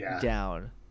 down